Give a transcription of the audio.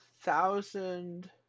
thousand